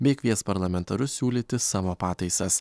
bei kvies parlamentarus siūlyti savo pataisas